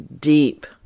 deep